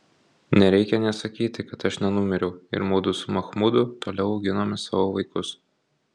nereikia nė sakyti kad aš nenumiriau ir mudu su machmudu toliau auginome savo vaikus